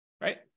right